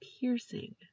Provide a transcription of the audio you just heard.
piercing